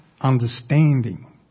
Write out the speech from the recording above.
understanding